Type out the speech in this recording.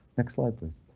next slide, please.